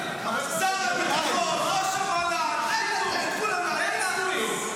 את ראש המל"ל, את כולם להדיח.